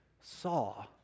saw